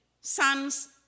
Sons